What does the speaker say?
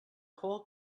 whole